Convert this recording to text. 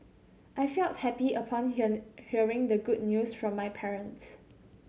I felt happy upon hear hearing the good news from my parents